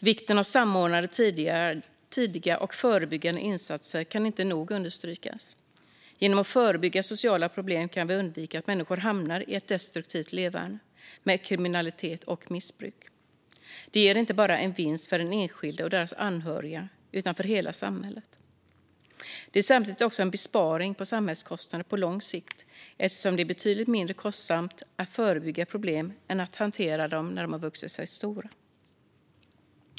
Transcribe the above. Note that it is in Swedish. Vikten av samordnade tidiga och förebyggande insatser kan inte nog understrykas. Genom att förebygga sociala problem kan vi undvika att människor hamnar i ett destruktivt leverne med kriminalitet och missbruk. Det ger inte bara en vinst för den enskilde och dennes anhöriga utan för hela samhället. Det är samtidigt också en besparing på samhällskostnaderna på lång sikt, eftersom det är betydligt mindre kostsamt att förebygga problem än att hantera dem när de har vuxit sig stora.